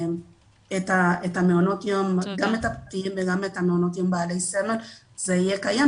את מעונות יום הפרטיים וגם את המעונות בעלי סמל זה יהיה קיים,